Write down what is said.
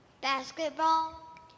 Basketball